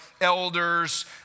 elders